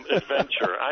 adventure